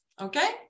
okay